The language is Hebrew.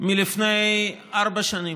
מלפני ארבע שנים.